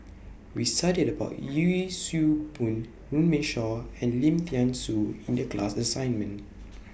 We studied about Yee Siew Pun Runme Shaw and Lim Thean Soo in The class assignment